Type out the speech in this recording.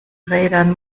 rädern